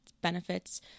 benefits